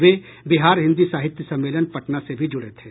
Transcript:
वे बिहार हिन्दी साहित्य सम्मेलन पटना से भी जुडे थे